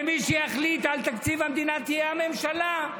ומי שיחליט על תקציב המדינה תהיה הממשלה,